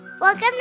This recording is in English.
Welcome